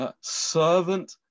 servant